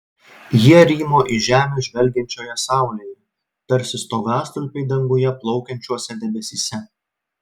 jie rymo į žemę žvelgiančioje saulėje tarsi stogastulpiai danguje plaukiančiuose debesyse